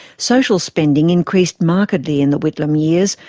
social spending increased markedly in the whitlam years,